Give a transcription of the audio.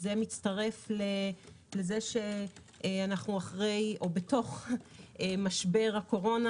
זה מצטרף לכך שאנחנו בתוך משבר הקורונה,